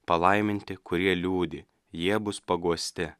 palaiminti kurie liūdi jie bus paguosti